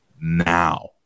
now